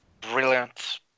Brilliant